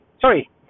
sorry